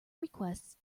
requests